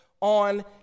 on